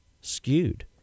skewed